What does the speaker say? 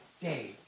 day